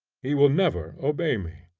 he will never obey me.